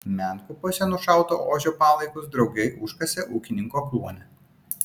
menkupiuose nušauto ožio palaikus draugai užkasė ūkininko kluone